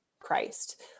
Christ